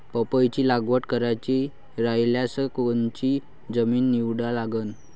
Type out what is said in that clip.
पपईची लागवड करायची रायल्यास कोनची जमीन निवडा लागन?